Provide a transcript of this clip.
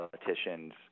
politicians